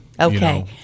okay